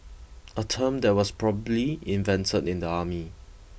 a term that was probably invented in the army